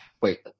wait